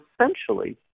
essentially